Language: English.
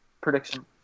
prediction